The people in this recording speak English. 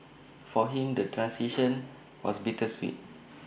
for him the transition was bittersweet